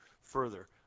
further